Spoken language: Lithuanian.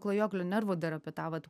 klajoklio nervo dar apie tą vat